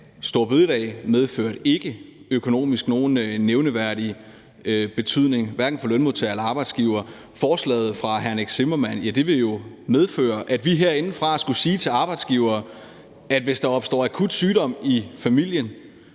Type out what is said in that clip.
store bededag ikke økonomisk medførte nogen nævneværdig betydning, hverken for lønmodtagere eller arbejdsgivere. Forslaget fra hr. Nick Zimmermann vil jo medføre, at vi herindefra skulle sige til arbejdsgiverne, at hvis der opstår akut sygdom i familien,